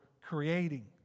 creating